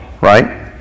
right